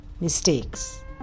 mistakes